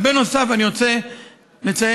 אבל בנוסף אני רוצה לציין,